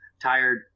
tired